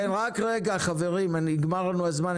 רק רגע, חברים, נגמר לנו הזמן.